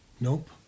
Nope